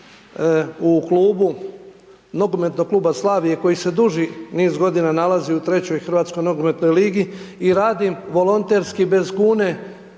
u klubu, nogometnog kluba Slavija, koji se duži niz godina nalazi u 3.HNL i radim volonterski bez kune,